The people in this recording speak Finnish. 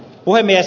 puhemies